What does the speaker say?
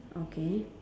okay